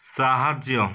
ସାହାଯ୍ୟ